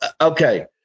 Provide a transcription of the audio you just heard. okay